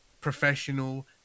professional